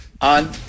on